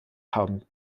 haben